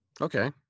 Okay